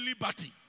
liberty